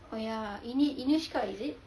oh ya ini~ inushka is it